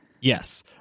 yes